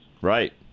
right